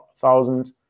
thousand